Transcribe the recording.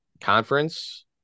conference